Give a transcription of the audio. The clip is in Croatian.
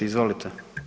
Izvolite.